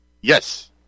Yes